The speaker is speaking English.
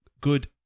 good